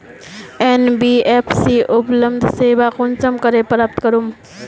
NBFC उपलब्ध सेवा कुंसम करे प्राप्त करूम?